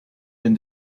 been